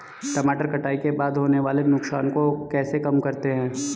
टमाटर कटाई के बाद होने वाले नुकसान को कैसे कम करते हैं?